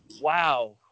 wow